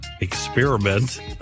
experiment